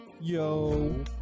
Yo